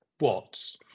Watts